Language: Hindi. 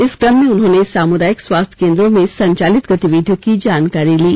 इस क्रम में उन्होंने सामुदायिक स्वास्थ केंद्रो में संचालित गतिविधियों की जानकारी ली